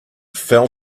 fell